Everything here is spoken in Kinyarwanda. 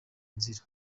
nzira